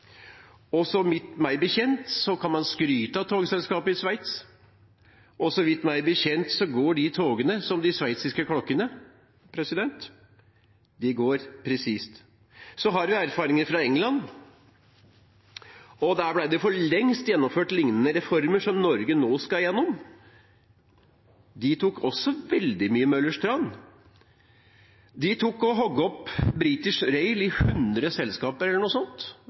Meg bekjent kan man skryte av togselskapet i Sveits, og meg bekjent går de togene som de sveitsiske klokkene – de går presist. Så har vi erfaringer fra England, og der ble det for lengst gjennomført lignende reformer som Norge nå skal gjennom. De tok også veldig mye Møllers tran. De hogde opp British Rail i 100 selskaper eller noe sånt,